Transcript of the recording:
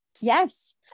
Yes